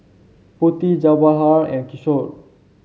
Potti Jawaharlal and Kishore